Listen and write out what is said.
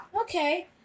Okay